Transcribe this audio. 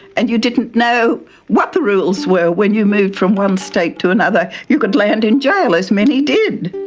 and you didn't know what the rules were when you moved from one state to another. you could land in jail, as many did,